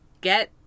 get